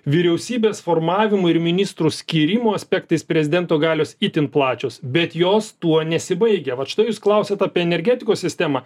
vyriausybės formavimo ir ministrų skyrimo aspektais prezidento galios itin plačios bet jos tuo nesibaigia vat štai jūs klausiat apie energetikos sistemą